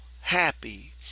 happy